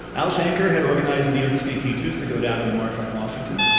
al shanker had organized new york city teachers to go down to the march on washington.